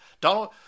Donald